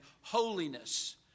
holiness